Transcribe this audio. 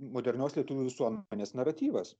modernios lietuvių visuomenės naratyvas